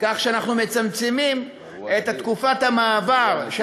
כך שאנחנו מצמצמים את תקופת המעבר של